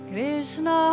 Krishna